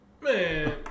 Man